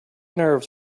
nerves